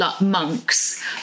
monks